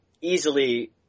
easily